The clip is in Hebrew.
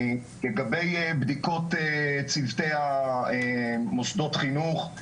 לגבי בדיקות צוותי מוסדות החינוך,